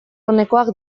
onekoak